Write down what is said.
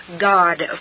God